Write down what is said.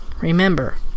Remember